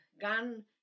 gun